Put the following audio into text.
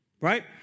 Right